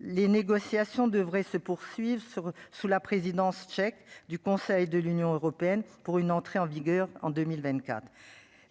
les négociations devraient se poursuivre sur sous la présidence tchèque du Conseil de l'Union européenne pour une entrée en vigueur en 2024,